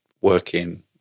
working